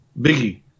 Biggie